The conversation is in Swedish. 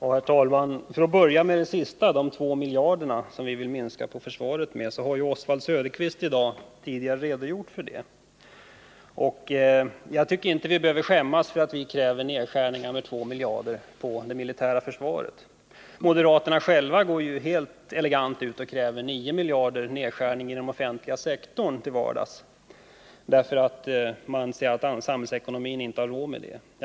Herr talman! För att börja med det som sist nämndes, minskningen av försvarsutgifterna med 2 miljarder kronor, har ju Oswald Söderqvist tidigare i dag redogjort för detta. Jag tycker inte att vi behöver skämmas för att vi kräver nedskärningar av det militära försvaret med 2 miljarder kronor. Moderaterna går ju till vardags själva ut och kräver en nedskärning inom den offentliga sektorn med 9 miljarder kronor, eftersom de anser att samhällsekonomin inte har råd med så stora utgifter.